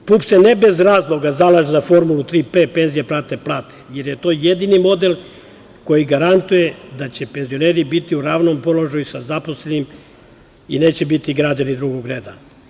Dakle, PUPS se ne bez razloga zalaže za formulu „Tri P“ (penzije prate plate), jer je to jedini model koji garantuje da će penzioneri biti u ravnom položaju sa zaposlenim i neće biti građani drugog reda.